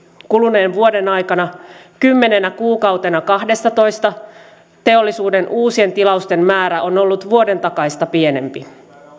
kuluneen vuoden aikana kymmenenä kuukautena kahdestatoista teollisuuden uusien tilausten määrä on ollut vuoden takaista pienempi